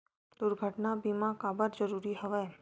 दुर्घटना बीमा काबर जरूरी हवय?